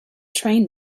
train